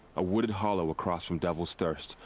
a wooded hollow across from devil's thirst.